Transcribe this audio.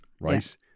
right